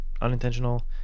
unintentional